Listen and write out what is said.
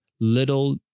little